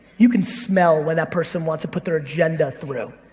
you can smell when that person wants to put their agenda through,